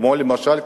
למשל,